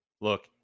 Look